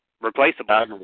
replaceable